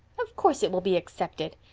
of course it will be accepted,